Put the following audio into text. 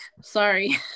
Sorry